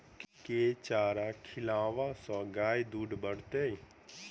केँ चारा खिलाबै सँ गाय दुध बढ़तै?